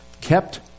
Kept